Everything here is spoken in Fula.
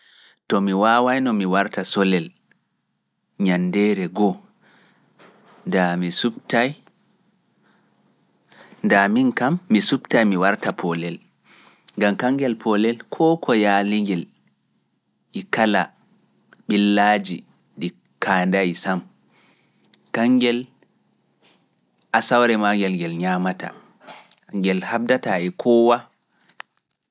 To mi waawayno mi warta solel ñandeere goo, daa mi suptai mi warta polel, gam kanngel polel ko ko yaali ngel e ko woda. ngel nyama tan ngel haara no haandi.